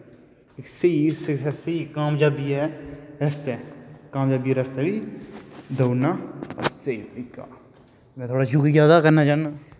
स्हेई कामयाबी ऐ रस्ते कामयाबी ऐ रस्ते दौड़ना स्हेई तरीका ऐ में थुआढ़ा शुक्रिया अदा करना चाह्न्नां